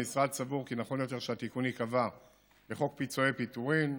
המשרד סבור כי נכון יותר שהתיקון ייקבע בחוק פיצויי פיטורים,